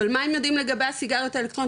אבל מה הם יודעים לגבי הסיגריות האלקטרוניות,